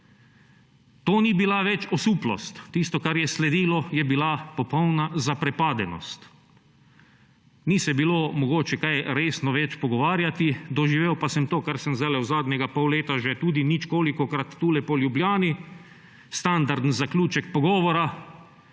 To ni bila več osuplost. Tisto, kar je sledilo, je bila popolna zaprepadenost. Ni se bilo mogoče kaj resno več pogovarjati, doživel pa sem to, kar sem v zadnjega pol leta že tudi ničkolikokrat tule po Ljubljani, standarden zaključek pogovora